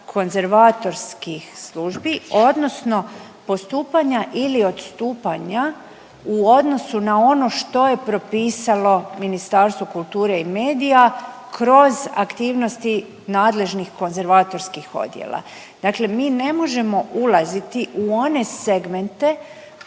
konzervatorskih službi odnosno postupanja ili odstupanja u odnosu na ono što je propisalo Ministarstvo kulture i medija kroz aktivnosti nadležnih konzervatorskih odjela. Dakle, mi ne možemo ulaziti u one segmente